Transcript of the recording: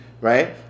right